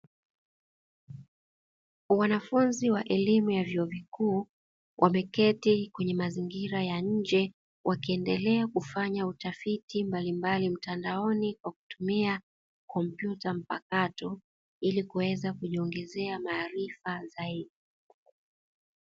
Wanafunzi wa eleimu ha vyuo vikuu, wameketi kwenye mazingira ya nje, wakiendelea kufanya utafiti mbalimbali wa mtandaoni, kwa kutumia kompyuta mpakato ili kuweza kujipngezea maarifa zaidi.